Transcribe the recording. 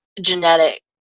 genetic